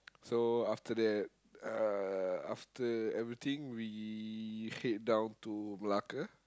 so after that uh after everything we head down to Malacca